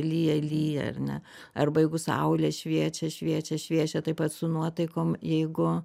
lyja lyja ar ne arba jeigu saulė šviečia šviečia šviečia taip pat su nuotaikom jeigu